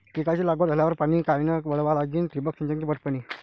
पिकाची लागवड झाल्यावर पाणी कायनं वळवा लागीन? ठिबक सिंचन की पट पाणी?